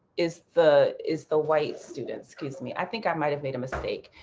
is the is the white students, excuse me. i think i might have made a mistake.